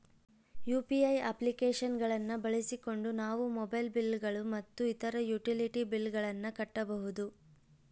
UPI application ಗಳನ್ನ ಬಳಸಿಕೊಂಡು ನಾವು ಮೊಬೈಲ್ ಬಿಲ್ ಗಳು ಮತ್ತು ಇತರ ಯುಟಿಲಿಟಿ ಬಿಲ್ ಗಳನ್ನ ಕಟ್ಟಬಹುದು